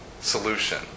solution